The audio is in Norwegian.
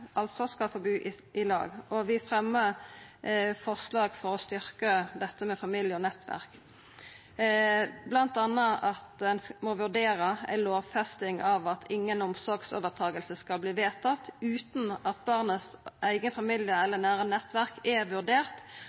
altså skal få bu i lag. Vi fremjar forslag for å styrkja dette med familie og nettverk, bl.a. at ein må vurdera ei lovfesting av at inga omsorgsovertaking skal verta vedtatt utan at barnets eigen familie eller nære nettverk er vurdert,